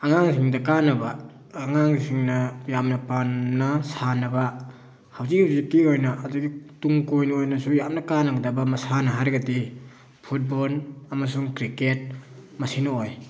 ꯑꯉꯥꯡꯁꯤꯡꯗ ꯀꯥꯟꯅꯕ ꯑꯉꯥꯡꯁꯤꯡꯅ ꯌꯥꯝꯅ ꯄꯥꯝꯅ ꯁꯥꯟꯅꯕ ꯍꯧꯖꯤꯛ ꯍꯧꯖꯤꯛꯀꯤ ꯑꯣꯏꯅ ꯑꯗꯨꯒꯤ ꯇꯨꯡ ꯀꯣꯏꯅ ꯑꯣꯏꯅꯁꯨ ꯌꯥꯝꯅ ꯀꯥꯟꯅꯒꯗꯕ ꯃꯁꯥꯟꯅ ꯍꯥꯏꯔꯒꯗꯤ ꯐꯨꯠꯕꯣꯜ ꯑꯃꯁꯨꯡ ꯀ꯭ꯔꯤꯀꯦꯠ ꯃꯁꯤꯅ ꯑꯣꯏ